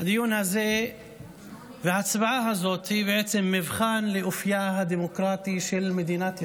הדיון הזה וההצבעה הזאת הם בעצם מבחן לאופייה הדמוקרטי של מדינת ישראל.